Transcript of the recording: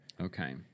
Okay